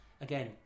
again